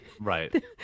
right